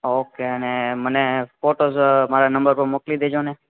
okay અને મને photos મારા નંબર પર મોકલી દેજો ને